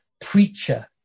preacher